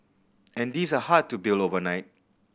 and these are hard to build overnight